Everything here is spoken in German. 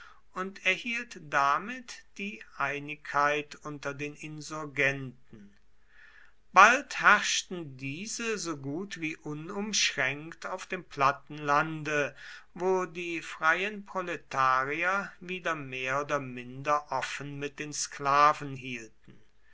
und erhielt damit die einigkeit unter den insurgenten bald herrschten diese so gut wie unumschränkt auf dem platten lande wo die freien proletarier wieder mehr oder minder offen mit den sklaven hielten